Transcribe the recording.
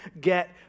get